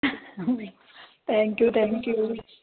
काय माहीत thank you thank you